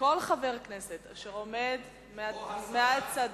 כל חבר כנסת שמדבר מהצד,